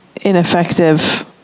ineffective